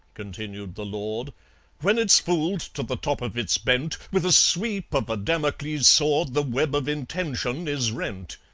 continued the lord when it's fooled to the top of its bent, with a sweep of a damocles sword the web of intention is rent.